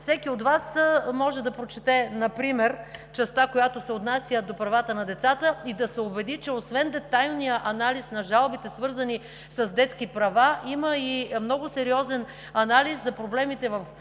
Всеки от Вас може да прочете например частта, която се отнася до правата на децата и да се убеди, че освен детайлния анализ на жалбите, свързани с детски права, има и много сериозен анализ за проблемите в